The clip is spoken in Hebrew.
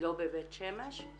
-- לא בבית שמש?